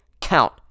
count